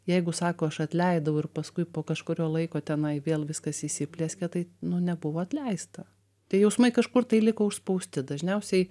jeigu sako aš atleidau ir paskui po kažkurio laiko tenai vėl viskas įsiplieskia tai nebuvo atleista tie jausmai kažkur tai liko užspausti dažniausiai